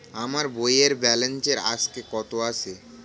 আমার বইয়ের ব্যালেন্স আজকে কত আছে?